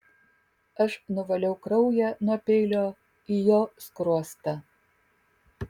aš nuvaliau kraują nuo peilio į jo skruostą